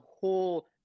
whole